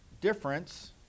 difference